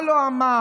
מה הוא לא אמר?